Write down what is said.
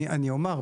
אני אומר,